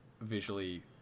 visually